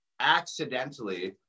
accidentally